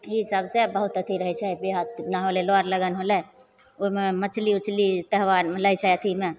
ई सबसे बहुत अथी रहै छै बेहत नाव लेलहुँ आओर लगन होलै ओहिमे मछली उछली त्योहारमे लै छै अथीमे